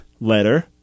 letter